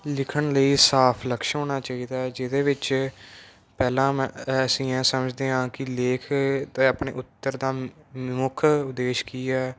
ਲਿਖਣ ਲਈ ਸਾਫ਼ ਲਕਸ਼ ਹੋਣਾ ਚਾਹੀਦਾ ਜਿਹਦੇ ਵਿੱਚ ਪਹਿਲਾਂ ਅਸੀਂ ਇਹ ਸਮਝਦੇ ਹਾਂ ਕਿ ਲੇਖ ਅਤੇ ਆਪਣੇ ਉੱਤਰ ਦਾ ਮੁੱਖ ਉਦੇਸ਼ ਕੀ ਹੈ